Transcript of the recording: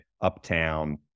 uptown